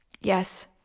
Yes